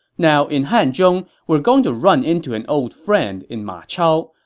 now, in hanzhong, we are going to run into an old friend in ma chao,